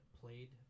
played